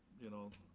you know,